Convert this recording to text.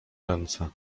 ręce